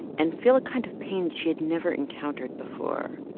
and feel a kind of pain she had never encountered before,